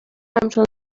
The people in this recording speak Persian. همچون